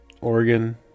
Oregon